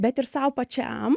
bet ir sau pačiam